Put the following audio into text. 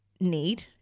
need